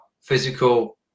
physical